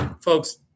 Folks